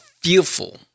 fearful